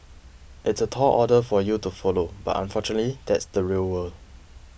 it's a tall order for you to follow but unfortunately that's the real world